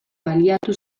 baliatu